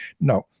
no